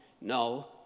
no